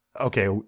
okay